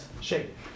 shape